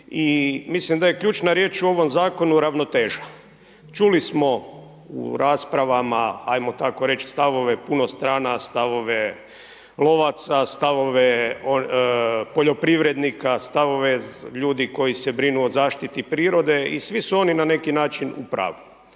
i mislim da je ključna riječ u ovom zakonu ravnoteža. Čuli smo u raspravama ajmo tako reč stavove puno strana, stavove lovaca, stavove poljoprivrednika, stavove ljudi koji se brinu o zaštiti prirode i svi su oni na neki način u pravu,